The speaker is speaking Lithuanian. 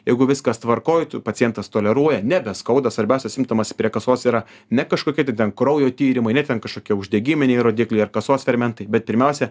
jeigu viskas tvarkoj tu pacientas toleruoja nebeskauda svarbiausias simptomas prie kasos yra ne kažkokie tai ten kraujo tyrimai ne ten kažkokie uždegiminiai rodikliai ar kasos fermentai bet pirmiausia